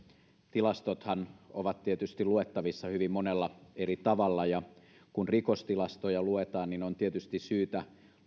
tilastothan ovat tietysti luettavissa hyvin monella eri tavalla ja kun rikostilastoja luetaan on tietysti syytä